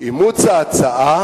"אימוץ ההצעה